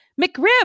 McRib